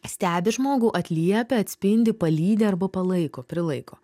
stebi žmogų atliepia atspindi palydi arba palaiko prilaiko